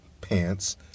pants